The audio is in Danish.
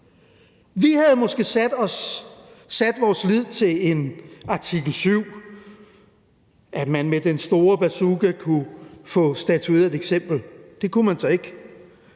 Vi havde måske sat vores lid til artikel 7, at man med den store bazooka kunne få statueret et eksempel. Det kunne man så ikke.